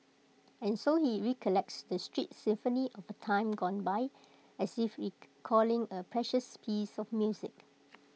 and so he recollects the street symphony of A time gone by as if recalling A precious piece of music